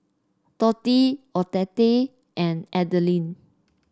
Dottie Odette and Adelyn